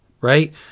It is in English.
right